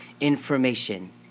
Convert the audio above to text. information